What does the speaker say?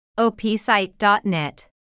opsite.net